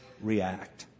react